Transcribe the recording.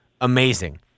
amazing